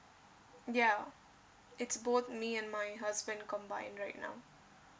ya it's both me and my husband combined right now